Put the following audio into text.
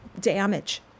damage